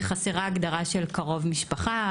חסרה הגדרה של קרוב משפחה,